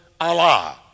Allah